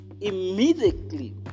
immediately